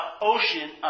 ocean